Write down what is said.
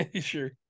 sure